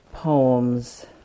Poems